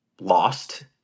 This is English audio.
lost